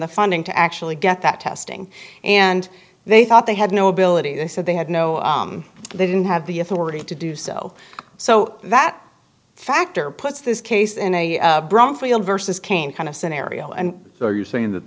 the funding to actually get that testing and they thought they had no ability they said they had no they didn't have the authority to do so so that factor puts this case in a brownfield versus cain kind of scenario and are you saying that